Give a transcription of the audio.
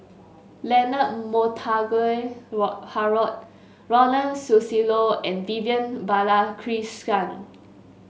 Leonard Montague Wo Harrod Ronald Susilo and Vivian